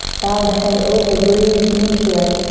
bow the head over, breathe deep here.